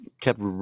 kept